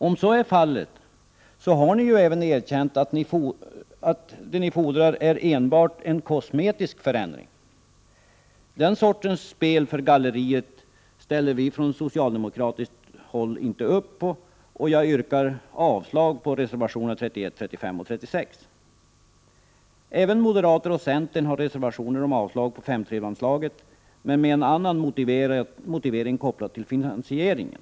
Om så är fallet har ni även erkänt att det ni fordrar enbart är en kosmetisk förändring. Den sortens spel för galleriet ställer vi från socialdemokratiskt håll inte upp på. Jag yrkar avslag på reservationerna 31, 35 och 36. Även moderata samlingspartiet och centern har avgett reservationer där man yrkar avslag på 5:3-anslaget med en annan motivering som är kopplad till finansieringen.